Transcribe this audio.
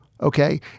okay